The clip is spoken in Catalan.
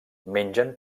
mengen